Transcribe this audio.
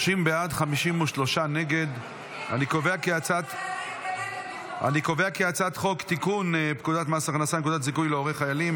לוועדה את הצעת חוק לתיקון פקודת מס הכנסה (נקודות זיכוי להורי חיילים),